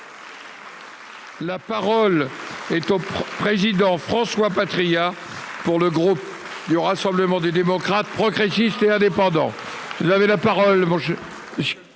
La parole est au président François Patriat pour le groupe il au Rassemblement des démocrates, progressistes et indépendants. Avait la parole moi je je.